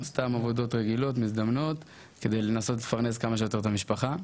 סתם עבודות מזדמנות כדי לנסות לפרנס כמה שיותר את המשפחה.